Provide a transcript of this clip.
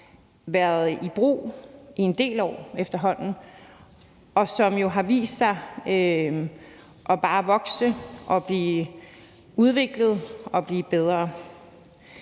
været i brug i en del år efterhånden, og som har vist sig bare at vokse og blive udviklet og blive bedre.